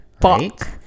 fuck